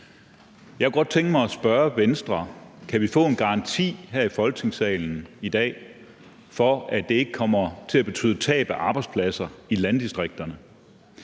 Jeg kunne godt tænke mig at spørge Venstre: Kan vi få en garanti her i Folketingssalen i dag for, at det ikke kommer til at betyde tab af arbejdspladser i landdistrikterne?